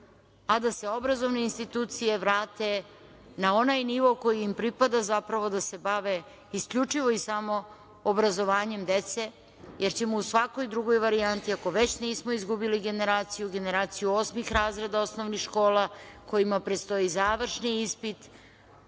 a da se obrazovne institucije vrate na onaj nivo koji im pripada, zapravo da se bave isključivo i samo obrazovanjem dece, jer ćemo u svakoj drugoj varijanti, ako već nismo izgubili generaciju, generaciju osmih razreda osnovnih škola kojima predstoji završni ispit,